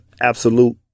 absolute